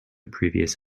previous